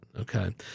okay